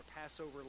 Passover